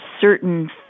certain